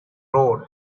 road